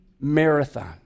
marathon